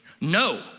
No